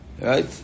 Right